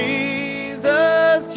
Jesus